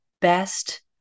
best